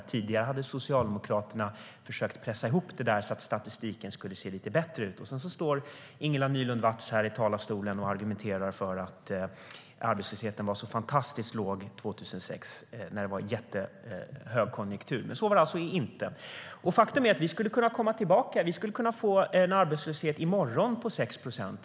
Tidigare hade Socialdemokraterna försökt pressa ihop så att statistiken skulle se lite bättre ut. Vi skulle kunna komma tillbaka i morgon och hävda en arbetslöshet på 6 procent.